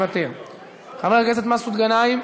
חבר הכנסת מסעוד גנאים,